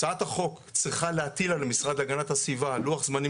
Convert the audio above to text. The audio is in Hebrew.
הצעת החוק צריכה להטיל על המשרד להגנת הסביבה לוח זמנים